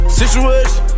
situation